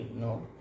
no